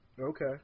Okay